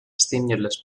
stimulus